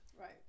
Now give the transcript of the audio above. Right